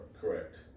Correct